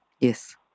Yes